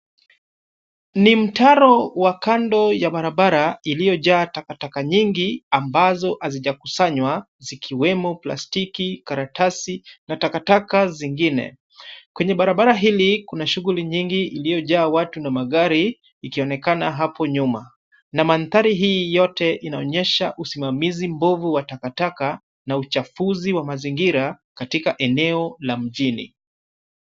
Ni mtaro ya kando wa barabara iliojaa takataka nyingi ambazo hazijakusanywa, zikiwemo plastiki, karatasi na takataka zingine. Kwenye barabara hili kuna shughuli iliyojaa watu na magari ikionekana hapo nyuma, na mandhari hii yote inaonyesha usimamizi mbovu ya takataka na uchafuzi wa mazingira katika eneo la mjini.